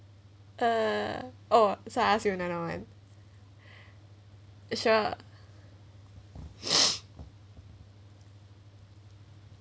uh oh so I ask you another one sure